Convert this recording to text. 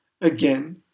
Again